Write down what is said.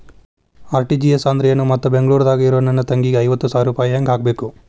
RTGS ಅಂದ್ರ ಏನು ಮತ್ತ ಬೆಂಗಳೂರದಾಗ್ ಇರೋ ನನ್ನ ತಂಗಿಗೆ ಐವತ್ತು ಸಾವಿರ ರೂಪಾಯಿ ಹೆಂಗ್ ಹಾಕಬೇಕು?